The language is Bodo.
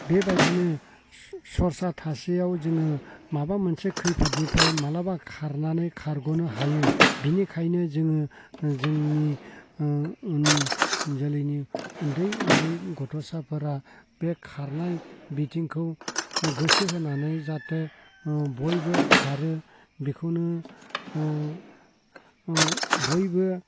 बेबायदिनो सरसा थासेयाव जोङो माबा मोनसे खैफोदनिफ्राय माब्लाबा खारनानै खारग'नो हायो बिनिखायनो जोङो जोंनि जोलैनि उन्दै उन्दै गथ'साफोरा बे खारनाय बिथिंखौ गोसो होनानै जाहाथे बयबो खारो बेखौनो बयबो